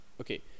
Okay